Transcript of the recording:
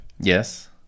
Yes